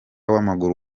w’amaguru